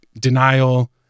denial